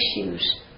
issues